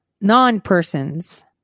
non-persons